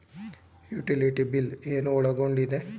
Utility bill ಏನು ಒಳಗೊಂಡಿದೆ?